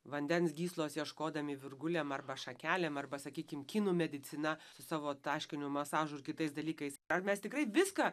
vandens gyslos ieškodami virgulėm arba šakelėm arba sakykim kinų medicina su savo taškiniu masažu ir kitais dalykais ar mes tikrai viską